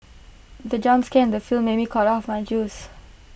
the jump scare in the film made me cough out my juice